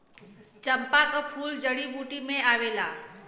चंपा क फूल जड़ी बूटी में आवला